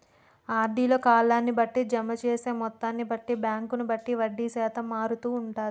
RD లో కాలాన్ని బట్టి, జమ చేసే మొత్తాన్ని బట్టి, బ్యాంకును బట్టి వడ్డీ శాతం మారుతూ ఉంటది